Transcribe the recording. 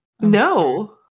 No